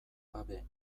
gabe